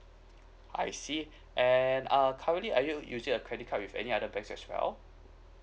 I see and uh currently are you using a credit card with any other bank as well